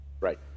right